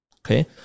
Okay